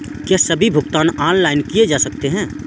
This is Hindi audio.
क्या सभी भुगतान ऑनलाइन किए जा सकते हैं?